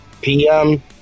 PM